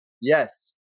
Yes